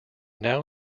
now